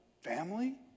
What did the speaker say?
family